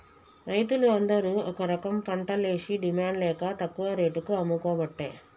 రైతులు అందరు ఒక రకంపంటలేషి డిమాండ్ లేక తక్కువ రేటుకు అమ్ముకోబట్టే